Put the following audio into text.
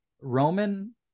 Roman